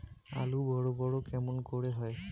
আলু বড় বড় কেমন করে হয়?